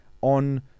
On